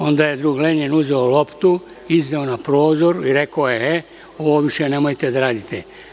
Onda je drug Lenjin uzeo loptu, izneo na prozor i rekao – e, ovo više nemojte da radite.